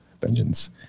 vengeance